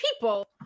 people